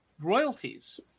royalties